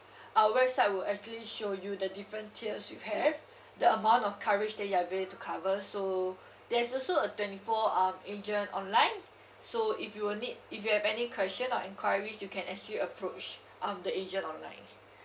our website will actually show you the different tiers you have the amount of coverage that you have ready to cover so there's also a twenty four hour agent online so if you will need if you have any question or enquiries you can actually approach um the agent online